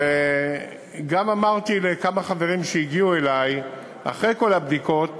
וגם אמרתי לכמה חברים שהגיעו אלי אחרי כל הבדיקות